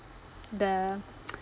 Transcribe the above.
the